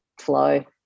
flow